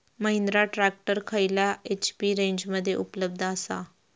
Mahindra tractor खयल्या HP रेंजमध्ये उपलब्ध आसा?